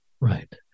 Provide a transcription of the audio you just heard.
right